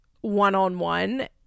one-on-one